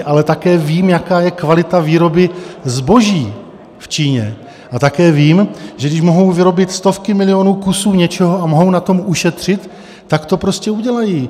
Ale také vím, jaká je kvalita výroby zboží v Číně, a také vím, že když mohou vyrobit stovky milionů kusů něčeho a mohou na tom ušetřit, tak to prostě udělají.